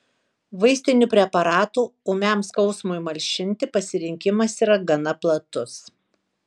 vaistinių preparatų ūmiam skausmui malšinti pasirinkimas yra gana platus